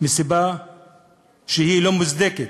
מסיבה שהיא לא מוצדקת.